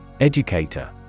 Educator